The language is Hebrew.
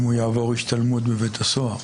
אם הוא יעבור השתלמות בבית הסוהר.